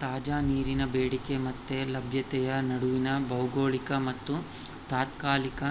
ತಾಜಾ ನೀರಿನ ಬೇಡಿಕೆ ಮತ್ತೆ ಲಭ್ಯತೆಯ ನಡುವಿನ ಭೌಗೋಳಿಕ ಮತ್ತುತಾತ್ಕಾಲಿಕ